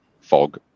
fog